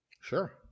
Sure